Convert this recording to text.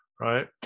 Right